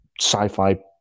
sci-fi